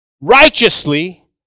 righteously